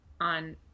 on